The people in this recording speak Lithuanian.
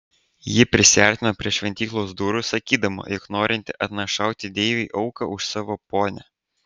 ji prisiartino prie šventyklos durų sakydama jog norinti atnašauti deivei auką už savo ponią